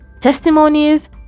testimonies